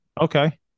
Okay